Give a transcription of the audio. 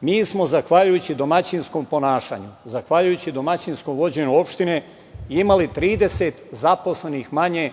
mi smo zahvaljujući domaćinskom ponašanju, zahvaljujući domaćinskom vođenju opštine imali 30 zaposlenih manje